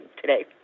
today